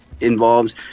involves